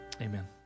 amen